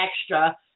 extra